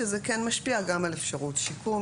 שזה כן משפיע גם על אפשרות שיקום,